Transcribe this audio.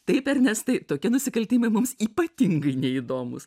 taip ernestai tokie nusikaltimai mums ypatingai neįdomūs